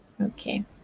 okay